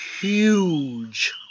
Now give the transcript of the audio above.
huge